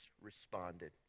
responded